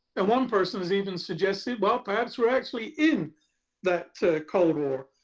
and one person has even suggested well, perhaps we're actually in that cold war.